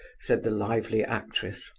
said the lively actress.